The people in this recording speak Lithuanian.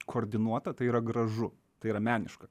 koordinuota tai yra gražu tai yra meniška